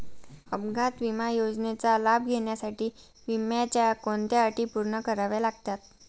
अपघात विमा योजनेचा लाभ घेण्यासाठी विम्याच्या कोणत्या अटी पूर्ण कराव्या लागतात?